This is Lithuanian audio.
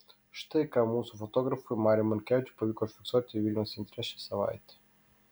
štai ką mūsų fotografui mariui morkevičiui pavyko užfiksuoti vilniaus centre šią savaitę